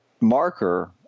marker